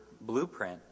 blueprint